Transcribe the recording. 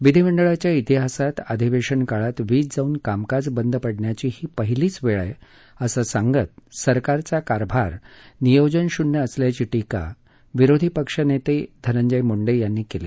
विधिमंडळाच्या श्तिहासात अधिवेशन काळात वीज जाऊन कामकाज बंद पडण्याची ही पहिलीच वेळ आहे असं सांगत सरकारचा कारभार नियोजनशून्य असल्याची टीका विरोधी पक्षनेते धनंजय मुंडे यांनी केली